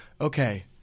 Okay